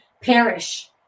perish